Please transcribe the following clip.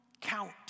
count